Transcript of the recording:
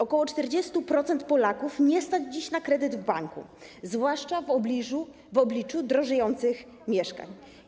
Około 40% Polaków nie stać dziś na kredyt w banku, zwłaszcza w obliczu drożejących mieszkań.